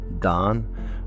Don